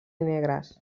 negres